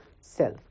self